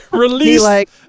Release